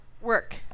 work